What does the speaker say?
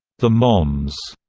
the moms,